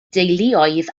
deuluoedd